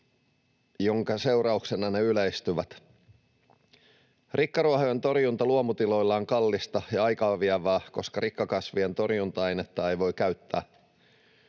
minkä seurauksena ne yleistyvät. Rikkaruohojen torjunta luomutiloilla on kallista ja aikaavievää, koska rikkakasvien torjunta-ainetta ei voi käyttää.